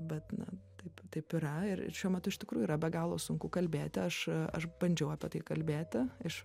bet na taip taip yra ir šiuo metu iš tikrųjų yra be galo sunku kalbėti aš aš bandžiau apie tai kalbėti aš